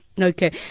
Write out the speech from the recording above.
okay